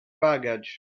baggage